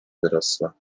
wyrosła